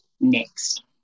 next